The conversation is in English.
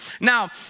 Now